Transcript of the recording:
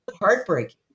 heartbreaking